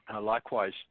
Likewise